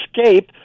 escape